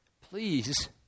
Please